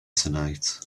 tonight